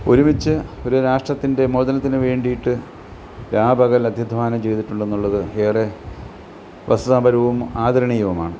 ഒരുമിച്ച് ഒരു രാഷ്ട്രത്തിൻ്റെ മോചനത്തിന് വേണ്ടിയിട്ട് രാപകൽ അതിധ്വാനം ചെയ്തിട്ടുണ്ട് എന്നുള്ളത് ഏറെ പ്രസാംബരവും ആദരണീയവുമാണ്